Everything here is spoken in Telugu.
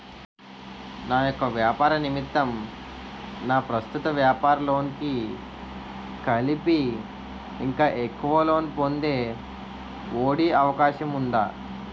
నా యెక్క వ్యాపార నిమిత్తం నా ప్రస్తుత వ్యాపార లోన్ కి కలిపి ఇంకా ఎక్కువ లోన్ పొందే ఒ.డి అవకాశం ఉందా?